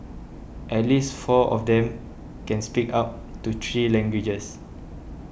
at least four of them can speak up to three languages